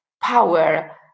power